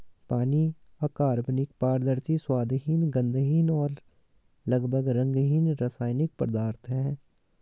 पानी अकार्बनिक, पारदर्शी, स्वादहीन, गंधहीन और लगभग रंगहीन रासायनिक पदार्थ है